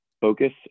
focus